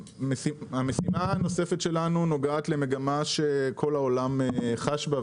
המשימה הנוספת שלנו נוגעת למגמה שכל העולם חש בה,